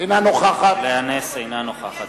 אינה נוכחת